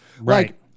Right